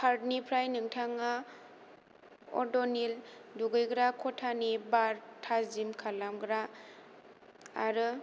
कार्टनिफ्राय नोंथांङा अड'निल दुगैग्रा खथानि बार थाजिम खालामग्रा आरो